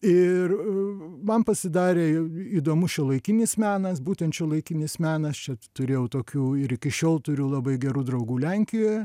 ir man pasidarė įdomus šiuolaikinis menas būtent šiuolaikinis menas čia turėjau tokių ir iki šiol turiu labai gerų draugų lenkijoje